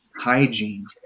hygiene